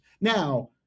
Now